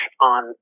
on